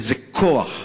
איזה כוח,